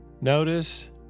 Notice